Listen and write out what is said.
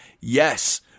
yes